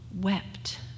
wept